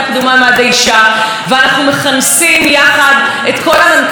כי אנחנו מזהים כולנו שיד ימין לא יודעת מיד שמאל.